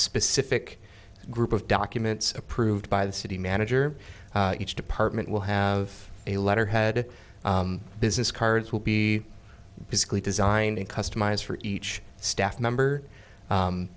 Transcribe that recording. specific group of documents approved by the city manager each department will have a letterhead business cards will be basically designed in customize for each staff member